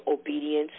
obedience